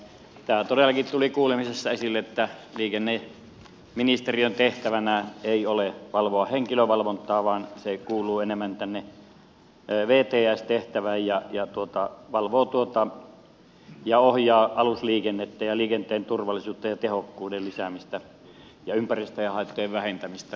tämä todellakin tuli kuulemisessa esille että liikenneviraston tehtävänä ei ole valvoa henkilövalvontaa vaan sen tehtävä kuuluu enemmän tänne vts tehtävään ja se valvoo ja ohjaa alusliikennettä ja liikenteen turvallisuutta ja tehokkuuden lisäämistä ja ympäristöhaittojen vähentämistä